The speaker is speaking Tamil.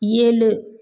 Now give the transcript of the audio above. ஏழு